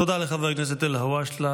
תודה לחבר הכנסת אלהואשלה,